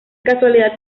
casualidad